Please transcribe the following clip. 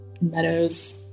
meadows